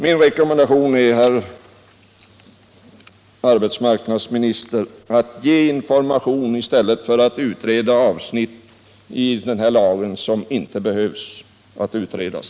Min rekommendation till arbetsmarknadsministern är därför: Ge information i stället för att utreda avsnitt i denna lag som inte behöver utredas!